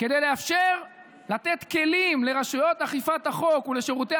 כדי לאפשר לתת לרשויות אכיפת החוק ולשירותי